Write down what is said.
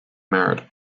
merit